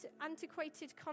antiquated